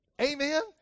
Amen